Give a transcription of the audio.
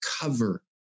cover